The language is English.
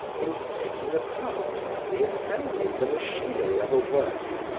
in taking apart and re-assembling the machinery of a work,